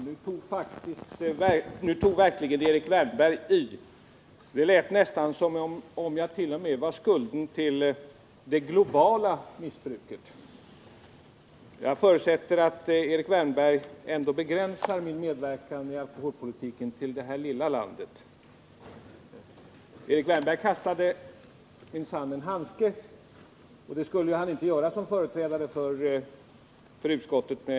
Herr talman! Nu tog verkligen Erik Wärnberg i. Det lät nästan som om jag bar skulden t.o.m. till det globala missbruket. Jag förutsätter att Erik Wärnberg ändå begränsar min medverkan i skattepolitiken till det här lilla landet. Erik Wärnberg kastade minsann en handske, och det skulle han ju inte göra som företrädare för utskottet.